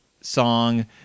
song